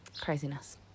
Craziness